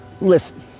listen